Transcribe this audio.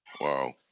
wow